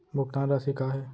भुगतान राशि का हे?